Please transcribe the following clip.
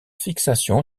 fixation